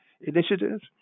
initiatives